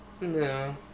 No